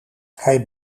hij